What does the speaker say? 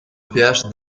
péage